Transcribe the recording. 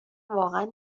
واقعا